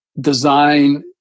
design